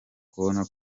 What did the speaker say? kubona